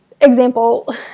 example